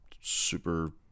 super